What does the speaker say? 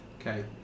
Okay